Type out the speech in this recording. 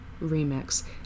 remix